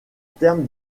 terme